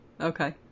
Okay